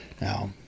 Now